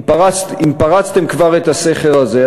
אם פרצתם כבר את הסכר הזה,